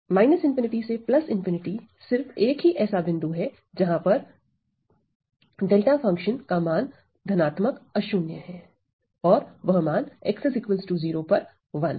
∞ से ∞ सिर्फ एक ही ऐसा बिंदु है जहां पर डेल्टा फंक्शन का मान धनात्मक अशून्य और वह मान x0 पर 1 है